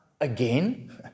again